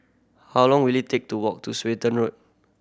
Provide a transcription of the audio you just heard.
how long will it take to walk to Swetten Road